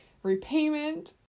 Repayment